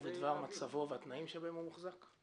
ובדבר מצבו והתנאים שבהם הוא מוחזק?